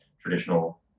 traditional